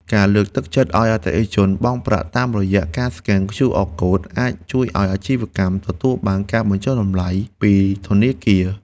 ការលើកទឹកចិត្តឱ្យអតិថិជនបង់ប្រាក់តាមរយៈការស្កែនឃ្យូអរកូដអាចជួយឱ្យអាជីវកម្មទទួលបានការបញ្ចុះតម្លៃពីធនាគារ។